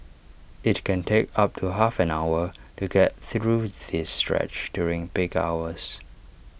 IT can take up to half an hour to get through the stretch during peak hours